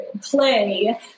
play